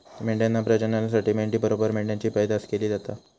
मेंढ्यांच्या प्रजननासाठी मेंढी बरोबर मेंढ्यांची पैदास केली जाता